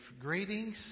Greetings